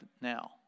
now